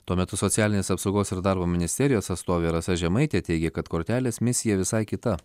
tuo metu socialinės apsaugos ir darbo ministerijos atstovė rasa žemaitė teigė kad kortelės misija visai kita